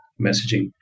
messaging